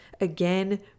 Again